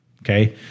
Okay